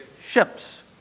ships